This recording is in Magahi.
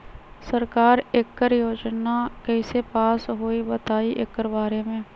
सरकार एकड़ योजना कईसे पास होई बताई एकर बारे मे?